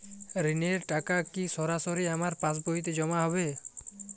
ঋণের টাকা কি সরাসরি আমার পাসবইতে জমা হবে?